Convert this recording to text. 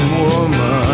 woman